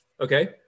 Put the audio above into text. Okay